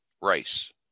race